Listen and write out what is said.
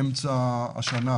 אמצע השנה,